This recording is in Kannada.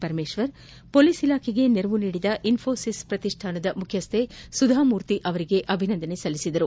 ಪರಮೇಶ್ವರ್ ಮೊಲೀಸ್ ಇಲಾಖೆಗೆ ನೆರವು ನೀಡಿದ ಇನ್ನೋಸಿಸ್ ಪ್ರತಿಷ್ಠಾನದ ಮುಖ್ಯಸ್ವೆ ಸುಧಾಮೂರ್ತಿ ಅವರಿಗೆ ಅಭಿನಂದಿಸಿದರು